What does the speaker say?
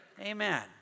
Amen